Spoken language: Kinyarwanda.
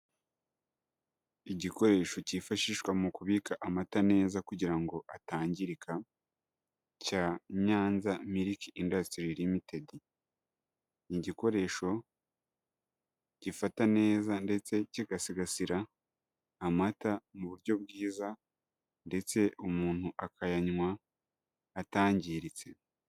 Igikoresho cyifashishwa mu kubika amata neza, kugira ngo atangirika, cya Nyanza milk industry ltd. Ni igikoresho gifata neza ndetse kigasigasira amata mu buryo bwiza, ndetse umuntu akayanywa atangiritse.